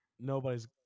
Nobody's